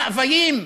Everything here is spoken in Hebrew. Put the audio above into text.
מאוויים,